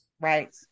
Right